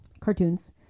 cartoons